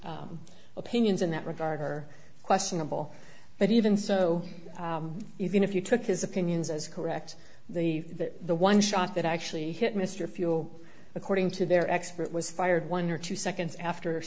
his opinions in that regard her questionable but even so even if you took his opinions as correct the that the one shot that actually hit mr pugh according to their expert was fired one or two seconds after